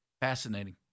Fascinating